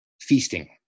feasting